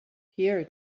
pierre